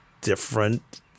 different